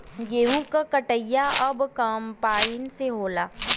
गेंहू क कटिया अब कंपाइन से होला